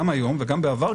גם היום וגם בעבר,